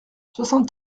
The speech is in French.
soixante